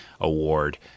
award